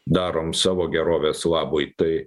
darom savo gerovės labui tai